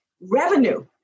revenue